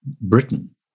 Britain